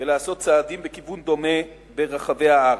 ולעשות צעדים בכיוון דומה ברחבי הארץ.